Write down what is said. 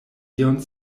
ion